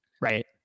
right